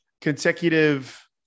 Consecutive